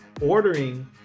ordering